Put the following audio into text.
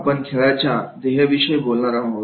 आपण खेळाच्या ध्येयाविषयी बोलणार आहोत